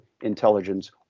intelligence